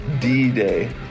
D-Day